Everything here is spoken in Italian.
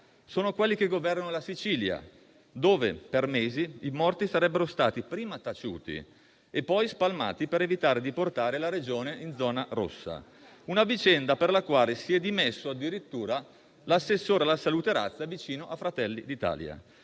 Sono quelli che governano la Sicilia, dove per mesi i morti sarebbero stati prima taciuti e poi spalmati per evitare di portare la Regione in zona rossa; una vicenda per la quale si è dimesso addirittura l'assessore alla salute Razza, vicino a Fratelli d'Italia.